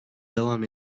devam